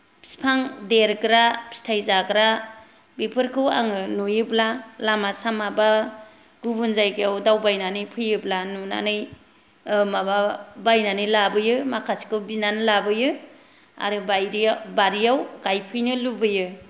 फिफां देरग्रा फिथाय जाग्रा बेफोरखौ आङो नुयोब्ला लामा सामा बा गुबुन जायगायाव दावबायनानै फैयोब्ला नुनानै ओ माबा बायनानै लाबोयो माखासेखौ बिनानै लाबोयो आरो बायरे बारियाव गायफैनो लुबैयो